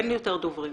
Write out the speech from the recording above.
אין יותר דוברים,